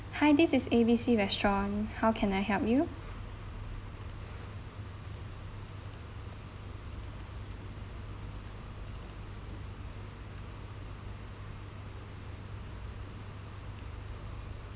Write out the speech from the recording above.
hi this is A_B_C restaurant how can I help you